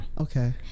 Okay